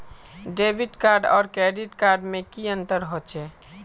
Debit card आर credit card में की अंतर होचे?